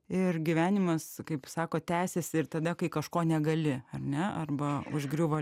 ir gyvenimas kaip sako tęsiasi ir tada kai kažko negali ar ne arba užgriuvo